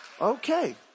Okay